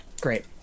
Great